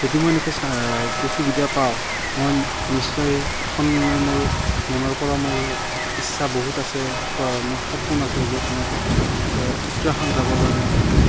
যদি মই এনেকুৱা যদি সুবিধা পাওঁ মই নিশ্চয় এখনে মোৰ মনৰপৰা মোৰ ইচ্ছা বহুত আছে মোৰ সপোন আছে য'ত মই উত্তৰাখাণ্ড যাবলৈ মোৰ বহুত